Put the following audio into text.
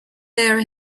there